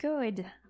good